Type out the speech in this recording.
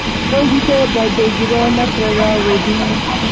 ꯅꯣꯏꯒꯤꯁꯦ ꯕꯥꯔꯗꯦꯒꯤꯔꯣ ꯅꯠꯇ꯭ꯔꯒ ꯋꯦꯗꯤꯡ